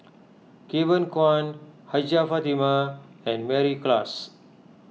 Kevin Kwan Hajjah Fatimah and Mary Klass